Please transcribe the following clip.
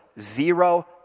Zero